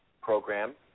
program